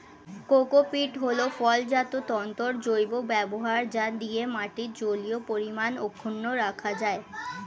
cocopeat হল ফলজাত তন্তুর জৈব ব্যবহার যা দিয়ে মাটির জলীয় পরিমাণ অক্ষুন্ন রাখা যায়